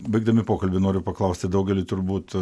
baigdami pokalbį noriu paklausti daugeliui turbūt